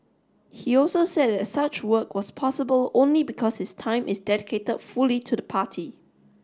he also said that such work was possible only because his time is dedicated fully to the party